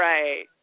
Right